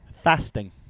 Fasting